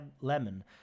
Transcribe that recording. lemon